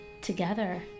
together